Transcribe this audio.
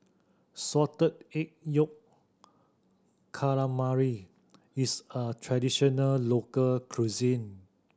Salted Egg Yolk Calamari is a traditional local cuisine